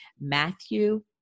Matthew